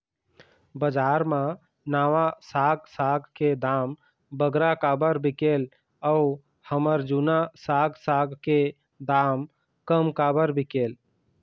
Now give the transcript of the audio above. बजार मा नावा साग साग के दाम बगरा काबर बिकेल अऊ हमर जूना साग साग के दाम कम काबर बिकेल?